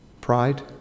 Pride